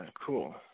Cool